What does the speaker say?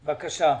בבקשה.